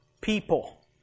people